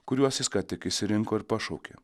kuriuos jis ką tik išsirinko ir pašaukė